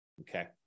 okay